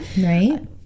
right